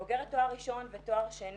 כבוגרת תואר ראשון ותואר שני,